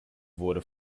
wurde